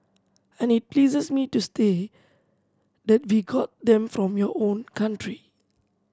and it pleases me to stay that we got them from your own country